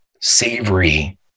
savory